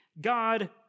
God